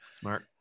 Smart